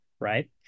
Right